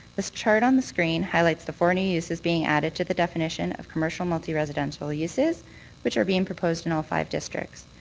this chart on the screen highlights the four new uses being added to the definition of commercial multi-residential uses which are being proposed in all five districts.